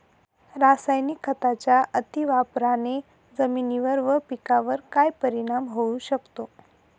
रासायनिक खतांच्या अतिवापराने जमिनीवर व पिकावर काय परिणाम होऊ शकतो?